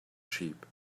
sheep